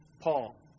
paul